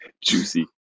Juicy